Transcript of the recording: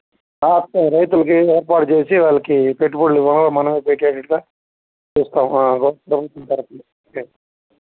అట్లే రైతులకి ఏర్పాటు చేసి వాళ్ళకి పెట్టుబడులు మనం పెట్టేటట్టుగా చేస్తాం గవర్నమెంట్ తరపున ఓకే